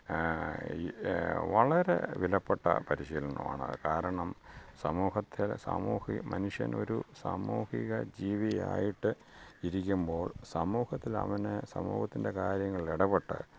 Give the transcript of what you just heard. ഈ വളരെ വിലപ്പെട്ട പരിശീലനമാണത് കാരണം സമൂഹത്തിൽ സാമൂഹി മനുഷ്യനൊരു സാമൂഹിക ജീവിയായിട്ട് ഇരിക്കുമ്പോൾ സമൂഹത്തിൽ അവന് സമൂഹത്തിൻ്റെ കാര്യങ്ങളിൽ ഇടപെട്ട്